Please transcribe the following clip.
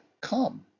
Come